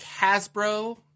Hasbro